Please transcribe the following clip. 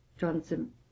Johnson